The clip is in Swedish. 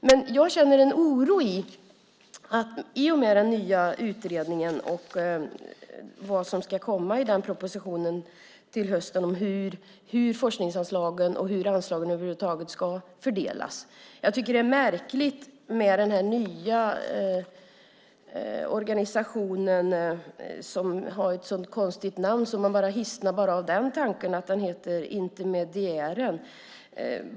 Men jag känner en oro i och med den nya utredningen och vad som ska komma i propositionen till hösten om hur forskningsanslagen och anslagen över huvud taget ska fördelas. Jag tycker att det är märkligt med den nya organisationen som har ett så konstigt namn så man bara hisnar av tanken att den heter Intermediären.